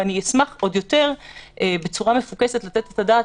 ואשמח עוד יותר בצורה מפוקסת לתת את הדעת